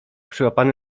przyłapany